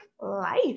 life